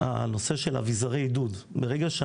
מה זה צעד מניעתי, לבדוק?